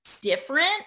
different